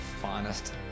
finest